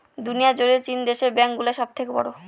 দুনিয়া জুড়ে চীন দেশের ব্যাঙ্ক গুলো সব থেকে বড়ো